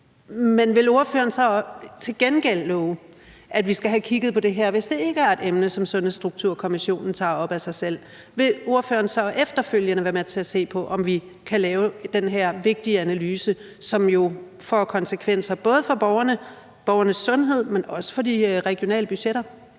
Men vil ordføreren så til gengæld love, at vi skal have kigget på det her, hvis det ikke er et emne, som Sundhedsstrukturkommissionen tager op af sig selv? Vil ordføreren så efterfølgende være med til at se på, om vi kan lave den her vigtige analyse, som jo får konsekvenser både for borgernes sundhed, men også for de regionale budgetter?